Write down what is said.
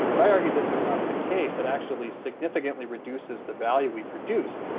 but i argue this is not the case, it actually significantly reduces the value we produce.